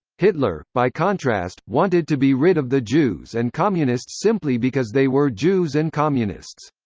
hitler, by contrast, wanted to be rid of the jews and communists simply because they were jews and communists.